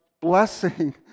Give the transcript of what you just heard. blessing